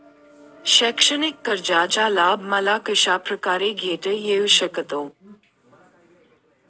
शैक्षणिक कर्जाचा लाभ मला कशाप्रकारे घेता येऊ शकतो?